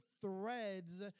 threads